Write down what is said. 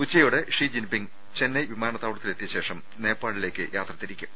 ഉച്ചയോടെ Xi Jinping Chennai വിമാ നത്താവളത്തിലെത്തിയശേഷം നേപ്പാളിലേക്ക് യാത്ര തിരിക്കും